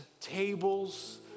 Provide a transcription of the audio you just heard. tables